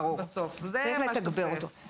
זה מה שתופס.